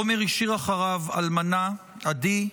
עמר השאיר אחריו אלמנה, עדי,